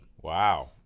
Wow